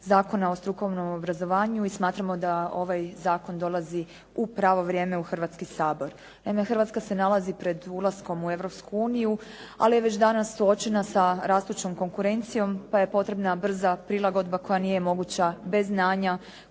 Zakona o strukovnom obrazovanju i smatramo da ovaj zakon dolazi u pravo vrijeme u Hrvatski sabor. Naime, Hrvatska se nalazi pred ulaskom u Europsku uniju ali je već danas suočena sa rastućom konkurencijom pa je potrebna brza prilagodba koja nije moguća bez znanja,